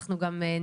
אנחנו גם נפנה,